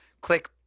click